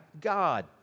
God